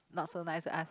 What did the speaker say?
not so nice to ask